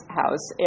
house